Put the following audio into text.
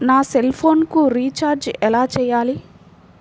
నా సెల్ఫోన్కు రీచార్జ్ ఎలా చేయాలి?